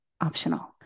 optional